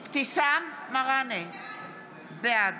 בעד